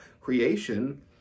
creation